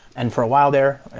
and for a while there.